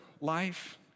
life